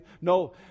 No